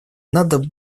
надо